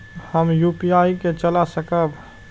हम यू.पी.आई के चला सकब?